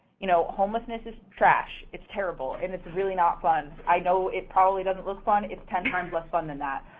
you know, homelessness is trash. it's terrible, and it's really not fun. i know it probably doesn't look fun. it's ten times less fun than that.